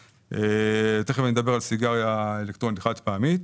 תכף אני אדבר על סיגריה אלקטרונית חד פעמית.